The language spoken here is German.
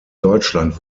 deutschland